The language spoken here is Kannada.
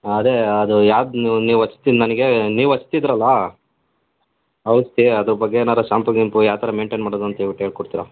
ಅದೇ ಅದು ಯಾವ್ದು ನೀವು ಹಚ್ತಿದ್ದ ನನಗೆ ನೀವು ಹಚ್ತಿದ್ರಲ್ಲ ಔಷಧಿ ಅದ್ರ ಬಗ್ಗೆ ಏನಾರೂ ಶಾಂಪು ಗೀಂಪು ಯಾವ ಥರ ಮೇನ್ಟೇನ್ ಮಾಡೋದು ಅಂತೇಳ್ಬಿಟ್ಟು ಹೇಳ್ಕೊಡ್ತೀರ